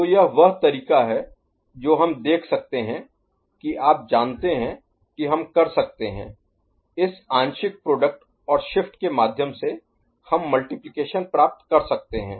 तो यह वह तरीका है जो हम देख सकते हैं कि आप जानते हैं कि हम कर सकते हैं इस आंशिक प्रोडक्ट और शिफ्ट के माध्यम से हम मल्टिप्लिकेशन प्राप्त कर सकते हैं